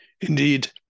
Indeed